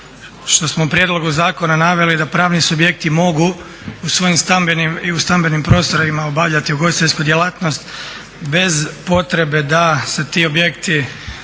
što smo u prijedlogu zakona naveli da pravni subjekti mogu u svojim stambenim i u stambenim prostorima obavljati ugostiteljsku djelatnost bez potrebe da se ti objekti